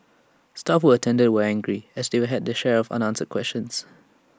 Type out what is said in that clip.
staff who attended were angry as they had their share of unanswered questions